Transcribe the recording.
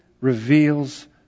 reveals